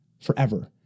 forever